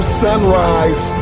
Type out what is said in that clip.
sunrise